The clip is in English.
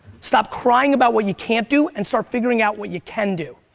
stop crying about what you can't do, and start figuring out what you can do.